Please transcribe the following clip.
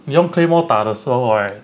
你用 claymore 打的时候 right